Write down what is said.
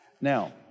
Now